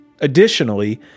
Additionally